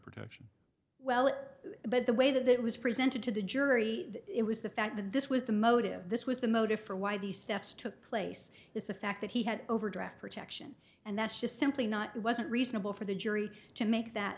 protection well but the way that that was presented to the jury it was the fact that this was the motive this was the motive for why these steps took place is the fact that he had overdraft protection and that's just simply not it wasn't reasonable for the jury to make that